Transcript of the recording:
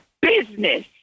business